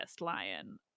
lion